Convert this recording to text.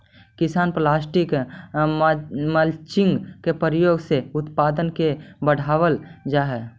किसान plastic mulching के प्रयोग से उत्पादक के बढ़ावल जा हई